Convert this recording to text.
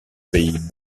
pays